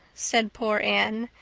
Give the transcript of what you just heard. said poor anne,